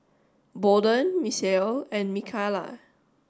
Bolden Misael and Micayla